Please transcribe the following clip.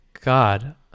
god